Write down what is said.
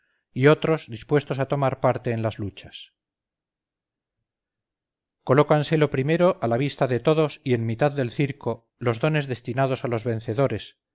y otros dispuestos a tomar parte en las luchas colócanse lo primero a la vista de todos y en mitad del circo los dones destinados a los vencedores